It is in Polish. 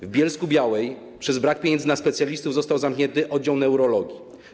W Bielsku-Białej przez brak pieniędzy na specjalistów został zamknięty oddział neurologii.